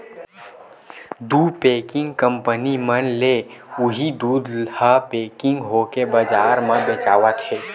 दू packing company मन ले उही दूद ह पेकिग होके बजार म बेचावत हे